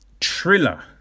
Triller